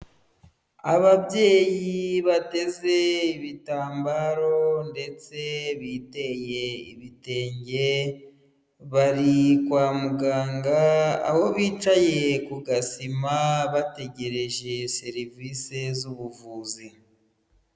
Ababyeyi bateze ibitambaro ndetse biteye ibitenge bari kwa muganga aho bicaye ku gasima bategereje serivisi z'ubuvuzi.